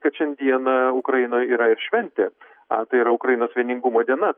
kad šiandieną ukrainoj yra ir šventė a tai yra ukrainos vieningumo diena ta